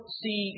see